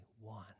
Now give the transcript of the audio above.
one